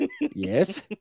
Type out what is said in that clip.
Yes